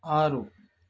ಆರು